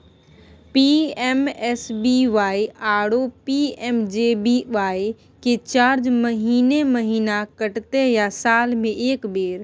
PMSBY आरो PMJBY के charge महीने महीना कटते या साल म एक बेर?